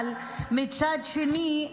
אבל מצד שני,